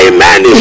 Amen